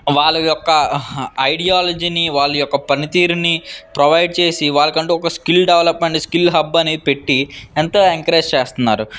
వాళ్ళ యొక్క ఐడియాలజీని వాళ్ళ యొక్క పనితీరుని ప్రొవైడ్ చేసి వాళ్ళకంటు ఒక స్కిల్ డెవలప్మెంట్ స్కిల్హబ్ అని పెట్టి ఎంతో ఎంకరేజ్ చేస్తున్నారు